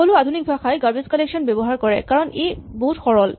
সকলো আধুনিক ভাষাই গাৰবেজ কলেকচন ব্যৱহাৰ কৰে কাৰণ ই বহুত সৰল